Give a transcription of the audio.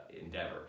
endeavor